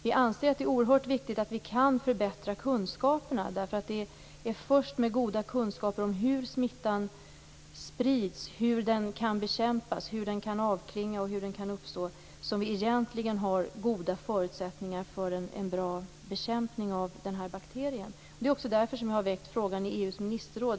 Vi anser att det är oerhört viktigt att vi kan förbättra kunskaperna, därför att det är först med goda kunskaper om hur smittan kan uppstå, hur den sprids, hur den kan bekämpas och hur den kan avklinga som vi har goda förutsättningar för en bra bekämpning av bakterien. Det är också därför som jag har väckt frågan i EU:s ministerråd.